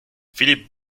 filip